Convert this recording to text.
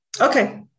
Okay